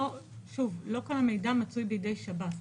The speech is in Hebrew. שוב, לא כל המידע מצוי בידי שב"ס.